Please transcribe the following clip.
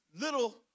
little